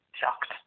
shocked